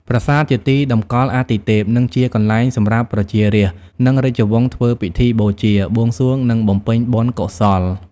ប្រាសាទជាទីតម្កល់អាទិទេព និងជាកន្លែងសម្រាប់ប្រជារាស្ត្រ និងរាជវង្សធ្វើពិធីបូជា បួងសួង និងបំពេញបុណ្យកុសល។